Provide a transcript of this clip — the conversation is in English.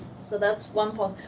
so, that's one part.